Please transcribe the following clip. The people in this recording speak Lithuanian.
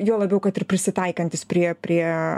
juo labiau kad ir prisitaikantis prie prie